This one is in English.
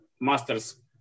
master's